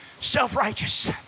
self-righteous